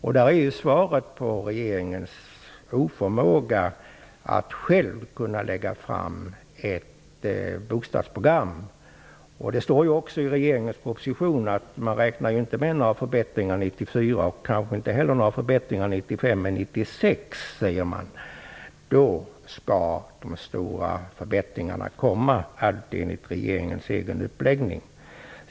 Och där har vi orsaken till regeringens oförmåga att själv lägga fram ett bostadsprogram. I regeringens proposition står ju också att man inte räknar med några förbättringar 1994 och kanske inte heller 1995. Men 1996 skall de stora förbättringarna komma, allt enligt regeringens egen uppläggning.